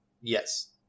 Yes